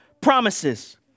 promises